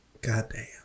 Goddamn